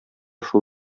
шул